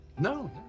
No